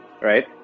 right